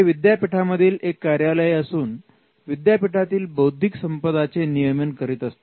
हे विद्यापीठामधील एक कार्यालय असून विद्यापीठातील बौद्धिक संपदाचे नियमन करीत असते